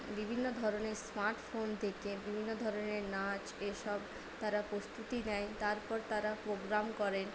বিভিন্ন ধরণের স্মার্টফোন দেখে বিভিন্ন ধরনের নাচ এসব তারা প্রস্তুতি নেয় তারপর তারা প্রোগ্রাম করেন